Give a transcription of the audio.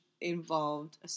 involved